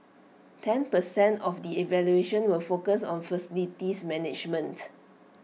ten percent of the evaluation will focus on facilities management